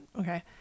Okay